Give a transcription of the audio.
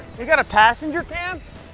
we've got a passenger can?